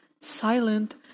silent